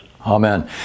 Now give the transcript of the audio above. Amen